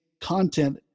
content